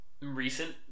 recent